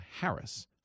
Harris